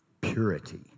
purity